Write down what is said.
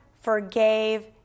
forgave